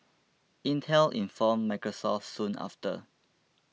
Intel informed Microsoft soon after